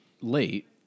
late